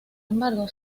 embargo